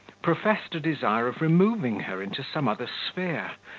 professed a desire of removing her into some other sphere,